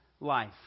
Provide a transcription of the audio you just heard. life